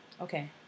Okay